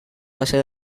base